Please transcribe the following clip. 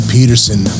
Peterson